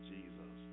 Jesus